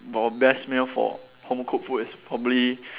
the best meal for home cooked food is probably